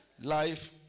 life